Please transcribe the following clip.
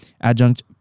adjunct